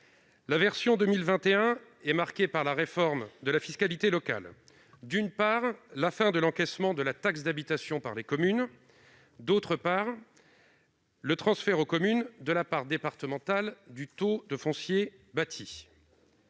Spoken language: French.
La version 2021 est marquée par la réforme de la fiscalité locale avec, d'une part, la fin de l'encaissement de la taxe d'habitation par les communes et, d'autre part, le transfert aux communes de la part départementale de la taxe foncière